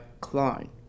klein